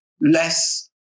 less